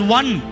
one